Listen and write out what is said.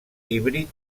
híbrid